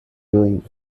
doing